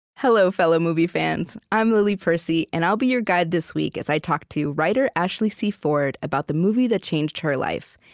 hello fellow movie fans. i'm lily percy and i'll be your guide this week as i talk to writer ashley c. ford about the movie that changed her life,